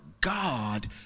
god